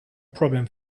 problem